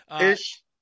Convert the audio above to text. Ish